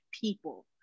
people